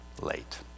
late